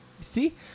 See